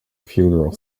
funeral